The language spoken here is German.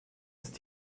ist